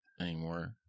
anymore